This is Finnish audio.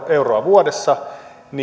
euroa vuodessa